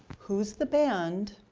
who's the band,